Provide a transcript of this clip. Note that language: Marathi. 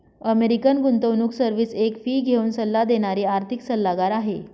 अमेरिकन गुंतवणूक सर्विस एक फी घेऊन सल्ला देणारी आर्थिक सल्लागार आहे